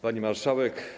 Pani Marszałek!